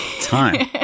time